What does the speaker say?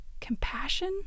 Compassion